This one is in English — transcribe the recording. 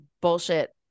bullshit